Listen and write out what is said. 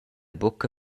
buca